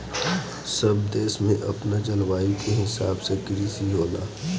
सब देश में अपना जलवायु के हिसाब से कृषि होला